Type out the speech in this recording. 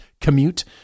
commute